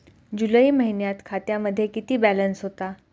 जुलै महिन्यात खात्यामध्ये किती बॅलन्स होता?